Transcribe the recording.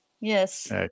Yes